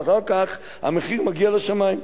ואחר כך המחיר מגיע לשמים,